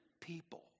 people